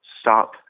stop